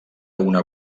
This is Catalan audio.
una